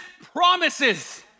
promises